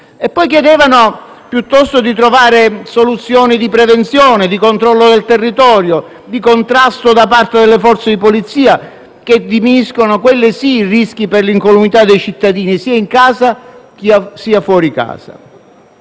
Chiedevano piuttosto di trovare soluzioni di prevenzione, di controllo del territorio e di un maggiore contrasto da parte delle forze di polizia, che diminuiscono - quelle sì - i rischi per l'incolumità dei cittadini sia in casa sia fuori casa.